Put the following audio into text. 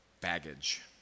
baggage